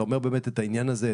אתה אומר את העניין הזה,